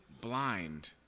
blind